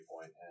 point